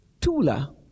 Tula